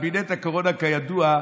קבינט הקורונה, כידוע,